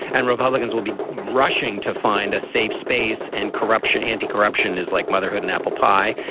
and republicans will be rushing to find a safe space and corruption. anti-corruption is like motherhood and apple pie.